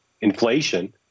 inflation